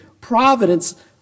providence